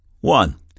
One